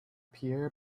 pierre